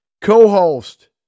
co-host